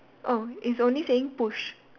oh it's only saying push